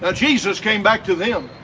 ah jesus came back to them.